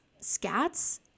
scats